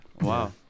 wow